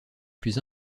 plus